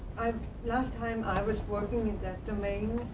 last time, i was working with that domain.